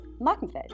Markenfeld